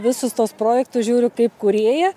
visus tuos projektus žiūriu kaip kūrėja